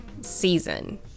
season